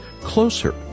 closer